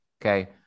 okay